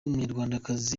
umunyarwandakazi